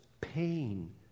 pain